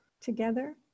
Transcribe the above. together